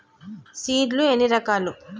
Seed లు ఎన్ని రకాలు?